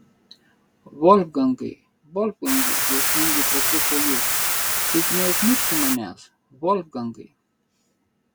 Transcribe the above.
volfgangai volfgangai jausmingai pratrūko jis tu juk neužmirši manęs volfgangai